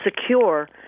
secure